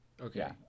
Okay